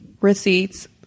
receipts